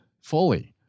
fully